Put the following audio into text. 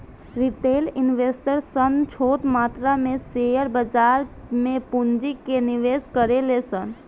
retail investor सन छोट मात्रा में शेयर बाजार में पूंजी के निवेश करेले सन